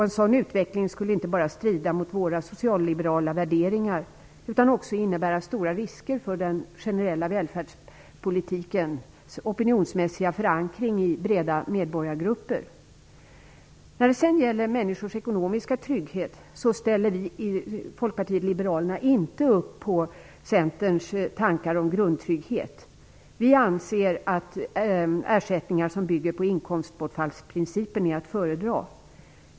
En sådan utveckling skulle inte bara strida mot våra socialliberala värderingar utan också innebära stora risker för den generella välfärdspolitikens opinionsmässiga förankring i breda medborgargrupper. När det gäller människors ekonomiska trygghet ställer vi i Folkpartiet liberalerna inte upp på Centerns tankar om grundtrygghet. Vi anser att ersättningar som bygger på inkomstbortfallsprincipen är att föredra.